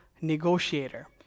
negotiator